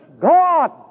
God